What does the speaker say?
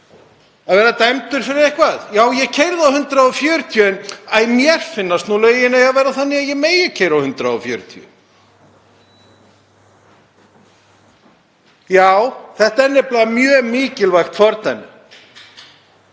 að verða dæmdur fyrir eitthvað. Já, ég keyrði á 140. Æ, mér finnst lögin nú eiga að vera þannig að ég megi keyra á 140. Þetta er nefnilega mjög mikilvægt fordæmi.